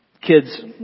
Kids